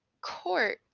court